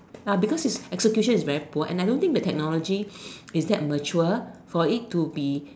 ya because his execution is very poor and I don't think the technology is that mature for it to be